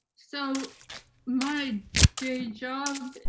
so my day job,